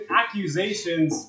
accusations